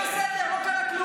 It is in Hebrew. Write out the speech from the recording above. לא נכון.